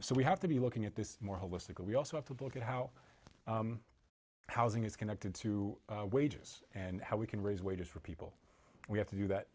so we have to be looking at this more holistically we also have to look at how housing is connected to wages and how we can raise wages for people we have to do that